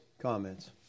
Comments